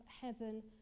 heaven